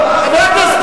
שאין אף אחד,